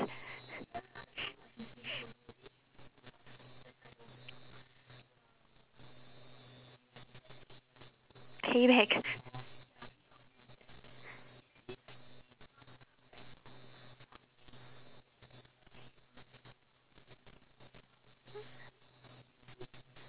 pay back